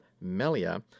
Melia